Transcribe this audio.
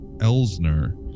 Elsner